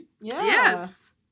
Yes